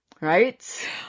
Right